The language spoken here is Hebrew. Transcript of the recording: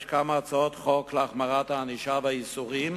יש כמה הצעות חוק להחמרת הענישה והאיסורים